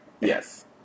Yes